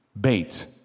bait